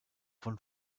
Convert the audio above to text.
von